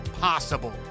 possible